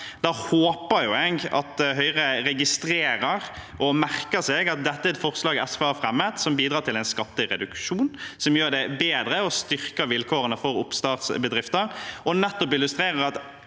Da håper jeg Høyre registrerer og merker seg at dette er et forslag SV har fremmet som bidrar til en skattereduksjon, og som gjør det bedre og styrker vilkårene for oppstartsbedrifter. Det illustrerer